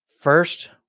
First